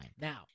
Now